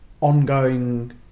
ongoing